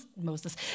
Moses